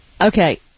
Okay